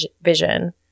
vision